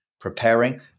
preparing